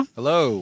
Hello